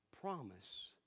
Promise